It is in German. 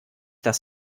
das